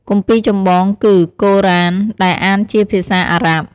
គម្ពីរចម្បងគឺ កូរ៉ាន ដែលអានជាភាសាអារ៉ាប់។